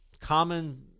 common